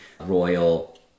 Royal